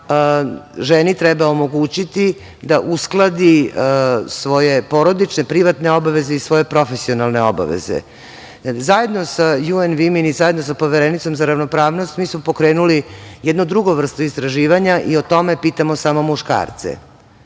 ženi treba omogućiti da uskladi svoje porodične privatne obaveze i svoje profesionalne obaveze. Zajedno sa JMV i zajedno sa Poverenicom za ravnopravnost smo pokrenuli jednu drugu vrstu istraživanja i o tome pitamo samo muškarce.